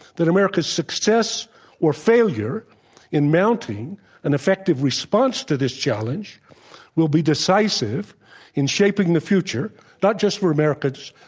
that america's success or failure in mounting an effective response to this challenge will be decisive in shaping the future not just for americans,